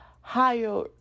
higher